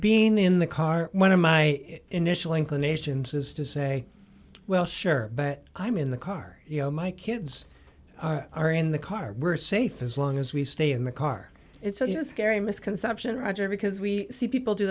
being in the car one of my initial inclinations is to say well sure but i'm in the car you know my kids are in the car we're safe as long as we stay in the car it's just scary misconception roger because we see people do